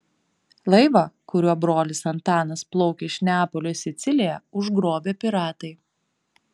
laivą kuriuo brolis antanas plaukė iš neapolio į siciliją užgrobė piratai